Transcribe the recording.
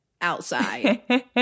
outside